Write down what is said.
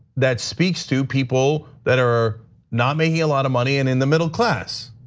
that speaks to people that are not making a lot of money and in the middle class.